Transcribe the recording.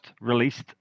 released